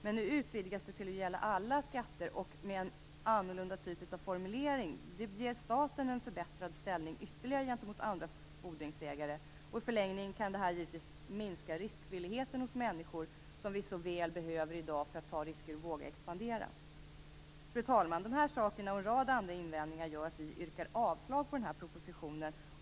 Men nu utvidgas det till att gälla alla skatter och det blir en annorlunda typ av formulering. Detta ger staten en ytterligare förbättrad ställning gentemot andra fordringsägare. I förlängningen kan detta givetvis minska människors vilja, som vi så väl behöver i dag, att ta risker och expandera. Fru talman! Det som jag nu har tagit upp och en rad andra invändningar gör att vi yrkar avslag på propositionen.